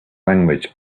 language